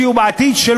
שיהיו בעתיד,